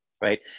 right